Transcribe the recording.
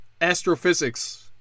Astrophysics